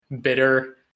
bitter